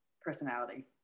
Personality